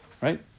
right